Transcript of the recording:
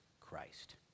Christ